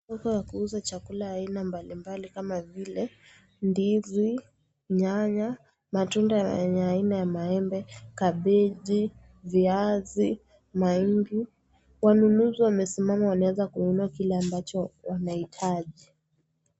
Soko ya kuuza chakula aina mbalimbali kama vile; ndizi, nyanya, matunda yenye aina ya maembe, kabeji, viazi, mahindi ,wanunuzi wamesimamawanaeza kununua kile ambacho wanahitaji.